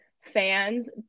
fans